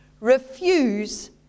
refuse